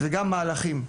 וגם מהלכים.